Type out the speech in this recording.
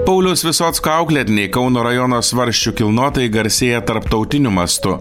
pauliaus visocko auklėtiniai kauno rajono svarsčių kilnotojai garsėja tarptautiniu mastu